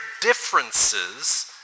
differences